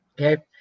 okay